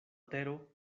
tero